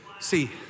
See